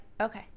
Okay